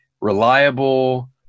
reliable